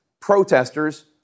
protesters